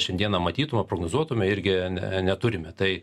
šiandien matytume prognozuotume irgi ne neturime tai